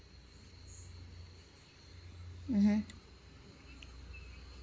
mmhmm